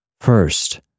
First